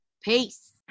Peace